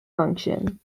function